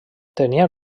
tenia